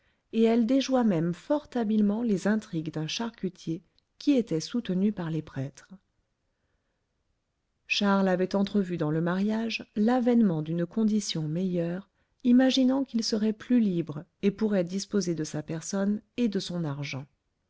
et elle déjoua même fort habilement les intrigues d'un charcutier qui était soutenu par les prêtres charles avait entrevu dans le mariage l'avènement d'une condition meilleure imaginant qu'il serait plus libre et pourrait disposer de sa personne et de son argent